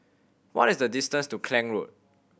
what is the distance to Klang Road